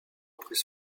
après